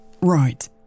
Right